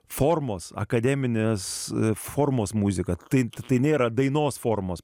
formos akademinės formos muzika taip tai nėra dainos formos